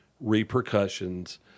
repercussions